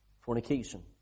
Fornication